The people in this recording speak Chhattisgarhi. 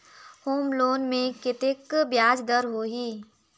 होम लोन मे कतेक ब्याज दर होही?